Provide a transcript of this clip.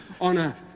Honor